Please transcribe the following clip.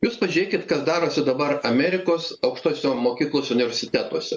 jūs pažiūrėkit kas darosi dabar amerikos aukštosiose mokyklose universitetuose